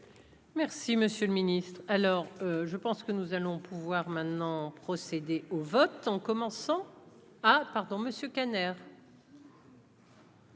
Merci, monsieur le Ministre, alors je pense que nous allons pouvoir maintenant procéder au vote en commençant ah pardon, monsieur Kader.